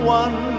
one